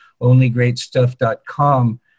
onlygreatstuff.com